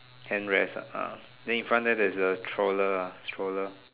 hand rest ah then in front there's stroller ah stroller